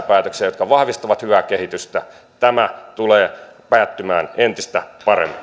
päätöksiä jotka vahvistavat hyvää kehitystä tämä tulee päättymään entistä paremmin